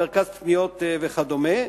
מרכז קניות וכדומה,